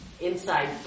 inside